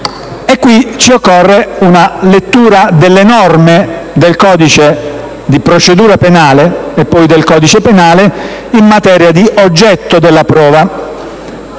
caso ci occorre una lettura delle norme del codice di procedura penale e del codice penale in materia di oggetto della prova